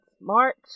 march